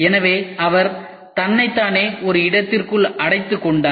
எனவே அவர் தன்னைத் தானே ஒரு இடத்திற்குள் அடைத்துக் கொண்டார்